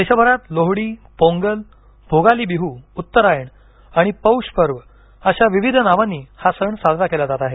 देशभरात लोहड़ी पोंगल भोगाली बिहू उत्तरायण आणि पौष पर्व अशा विविध नावांनी हा सण साजरा केला जात आहे